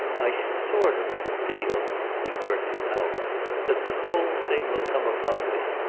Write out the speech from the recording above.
i sort of feel he worked it out that the whole thing will come upon me.